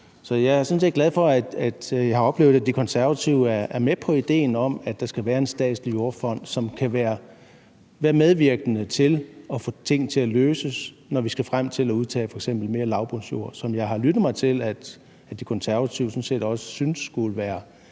jeg har oplevet, at De Konservative er med på idéen om, at der skal være en statslig jordfond, som kan være medvirkende til at få ting til at lykkes, når vi skal frem til at udtage f.eks. mere lavbundsjord. Og jeg har lyttet mig til, at De Konservative sådan set